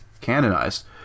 canonized